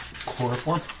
Chloroform